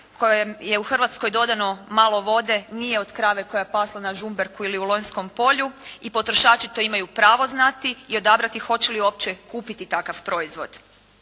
kojem je u Hrvatskoj dodano malo vode nije od krave koja je pasla na Žumberku ili u Lonjskom polju. I potrošači to imaju pravo znati i odabrati hoće li uopće kupiti takav proizvod.